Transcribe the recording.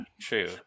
true